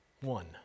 One